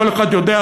כל אחד יודע.